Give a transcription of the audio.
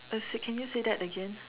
uh say can you say that again